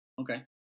okay